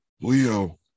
Leo